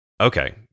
okay